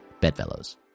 Bedfellows